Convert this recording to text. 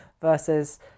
versus